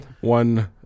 one